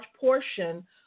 portion